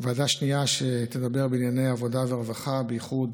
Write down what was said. ועדה שנייה שתדבר בענייני עבודה ורווחה, בייחוד